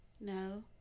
No